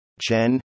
Chen